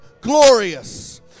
glorious